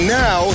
now